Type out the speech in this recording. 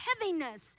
heaviness